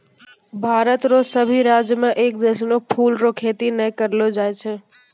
भारत रो सभी राज्य मे एक जैसनो फूलो रो खेती नै करलो जाय छै